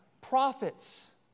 prophets